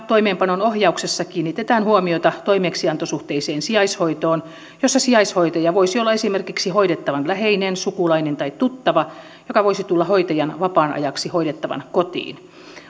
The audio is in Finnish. toimeenpanon ohjauksessa kiinnitetään huomiota toimeksiantosuhteiseen sijaishoitoon jossa sijaishoitaja voisi olla esimerkiksi hoidettavan läheinen sukulainen tai tuttava joka voisi tulla hoitajan vapaan ajaksi hoidettavan kotiin